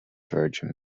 virgin